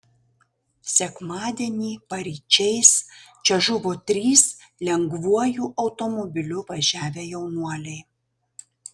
sekmadienį paryčiais čia žuvo trys lengvuoju automobiliu važiavę jaunuoliai